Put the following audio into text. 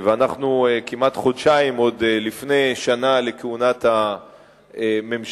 ואנחנו כמעט חודשיים עוד לפני שנה לכהונת הממשלה,